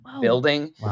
building